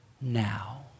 now